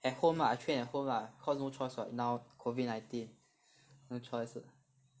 at home lah I train at home lah cause no choice [what] now COVID nineteen no choice lah